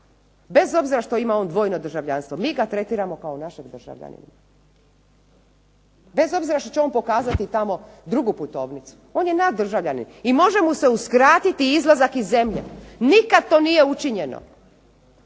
bez obzira što on ima dvojno državljanstvo mi ga tretiramo kao našeg državljanina. Bez obzira što će on tamo pokazati drugu putovnicu, on je naš državljanin i može mu se uskratiti izlaz iz zemlje, nikada to nije učinjeno,